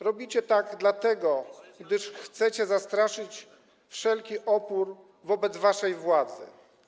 Robicie tak dlatego, gdyż chcecie zastraszyć wszelki opór wobec waszej władzy.